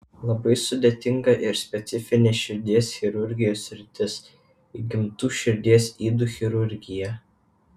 labai sudėtinga ir specifinė širdies chirurgijos sritis įgimtų širdies ydų chirurgija